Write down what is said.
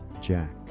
jack